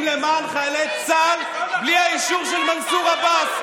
למען חיילי צה"ל בלי האישור של מנסור עבאס.